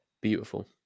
beautiful